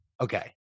Okay